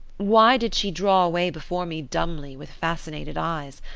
why did she draw away before me dumbly, with fascinated eyes?